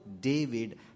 David